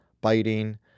biting